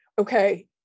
okay